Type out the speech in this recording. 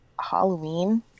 Halloween